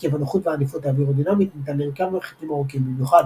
עקב הנוחות והעדיפות האווירודינמית ניתן לרכב מרחקים ארוכים במיוחד